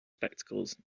spectacles